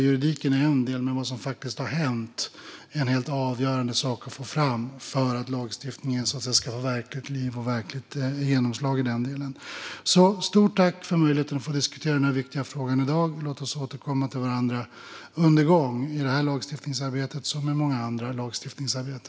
Juridiken är en del, men det är helt avgörande att få fram vad som faktiskt har hänt för att lagstiftningen ska ha verkligt liv och genomslag i den delen. Stort tack för möjligheten att få diskutera en viktig fråga i dag! Låt oss återkomma till varandra under arbetets gång i såväl detta som i annat lagstiftningsarbete.